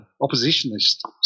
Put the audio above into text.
oppositionist